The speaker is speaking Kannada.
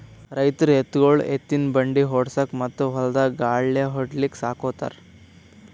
ರೈತರ್ ಎತ್ತ್ಗೊಳು ಎತ್ತಿನ್ ಬಂಡಿ ಓಡ್ಸುಕಾ ಮತ್ತ್ ಹೊಲ್ದಾಗ್ ಗಳ್ಯಾ ಹೊಡ್ಲಿಕ್ ಸಾಕೋತಾರ್